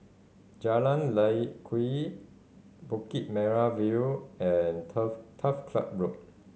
Jalan Lye Kwee Bukit Merah View and Turf Turf Club Road